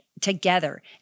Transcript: together